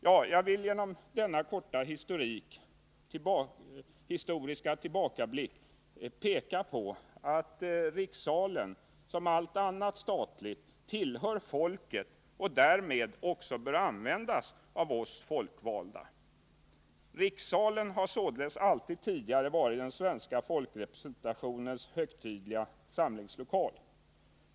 Jag har genom denna korta historiska tillbakablick velat visa på att rikssalen som allt annat statligt tillhör folket och därmed också bör användas av oss folkvalda. Rikssalen har således alltid tidigare varit den svenska folkrepresentationens högtidliga samlingslokal.